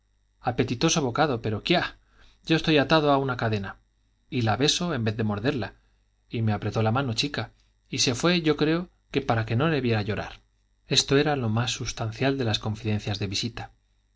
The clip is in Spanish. apetitoso bocado pero quiá yo estoy atado a una cadena y la beso en vez de morderla y me apretó la mano chica y se fue yo creo que para que no le viera llorar esto era lo más sustancial de las confidencias de visita